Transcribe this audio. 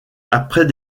après